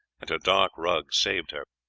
and her dark rug saved her.